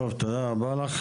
תודה רבה.